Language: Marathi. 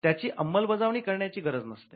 त्याची अंमलबजावणी करण्याची गरज नसते